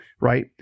right